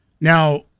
Now